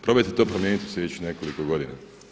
Probajte to promijeniti u sljedećih nekoliko godina.